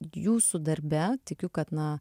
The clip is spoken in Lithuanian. jūsų darbe tikiu kad na